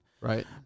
Right